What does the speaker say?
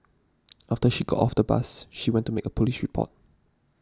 after she got off the bus she went to make a police report